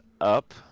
up